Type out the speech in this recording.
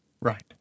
Right